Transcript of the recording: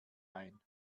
ein